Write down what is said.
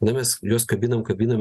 na mes juos kabinam kabinam